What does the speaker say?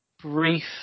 brief